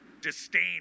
disdain